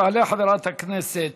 תעלה חברת הכנסת